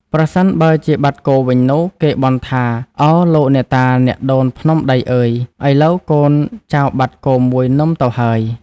ប្រសិនបើជាបាត់គោវិញនោះ គេបន់ថា “ឱ ! លោកអ្នកតាអ្នកដូនភ្នំដីអើយ ! ឥឡូវកូនចៅបាត់គោមួយនឹមទៅហើយ